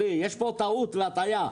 יש פה טעות והטעיה.